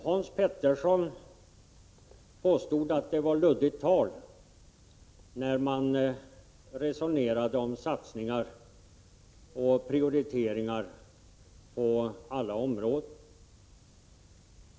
Hans Petersson påstod att det var luddigt tal när man resonerade om satsningar och prioriteringar på alla områden.